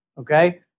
okay